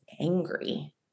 angry